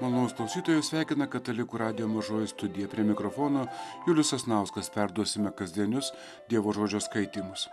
malonūs klausytojai jus sveikina katalikų radijo mažoji studija prie mikrofono julius sasnauskas perduosime kasdienius dievo žodžio skaitymus